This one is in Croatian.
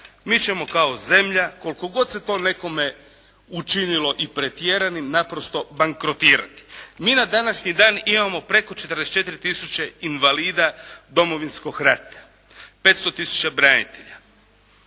mi ćemo kao zemlja koliko god se to nekome učinilo i pretjeranim naprosto bankrotirati. Mi na današnji dan imamo preko 44000 invalida Domovinskog rata, 500000 branitelja.